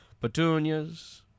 Petunias